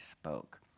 spoke